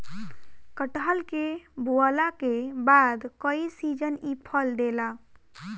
कटहल के बोअला के बाद कई सीजन इ फल देला